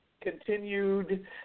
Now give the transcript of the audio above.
continued